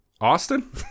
Austin